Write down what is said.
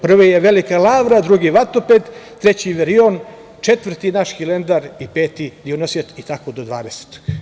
Prvi je Velika Lavra, drugi Vatoped, treći Iviron, četvrti naš Hilandar i peti Dionisijat i tako do 20.